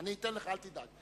להלן סדר הדיון,